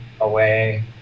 away